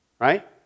right